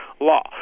law